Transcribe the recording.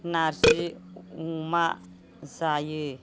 नार्जि अमा जायो